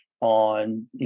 on